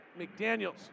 McDaniels